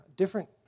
different